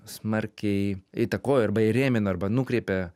smarkiai įtakojo arba įrėmino arba nukreipė